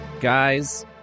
Guys